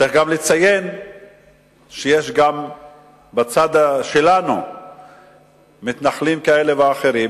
צריך גם לציין שיש גם בצד שלנו מתנחלים כאלה ואחרים,